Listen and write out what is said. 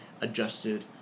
adjusted